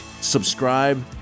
subscribe